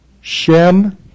Shem